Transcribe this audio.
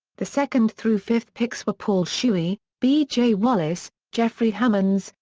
the second through fifth picks were paul shuey, b. j. wallace, jeffrey hammonds,